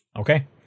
Okay